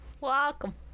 Welcome